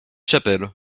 chapelle